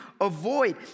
avoid